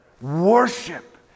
Worship